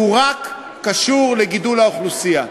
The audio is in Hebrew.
שהוא רק קשור לגידול האוכלוסייה.